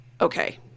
okay